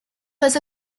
was